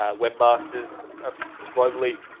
ah webmasters ah globally.